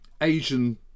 asian